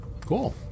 Cool